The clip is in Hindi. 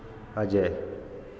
अजय